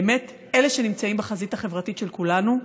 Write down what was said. אלה שנמצאים בחזית החברתית של כולנו,